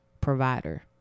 provider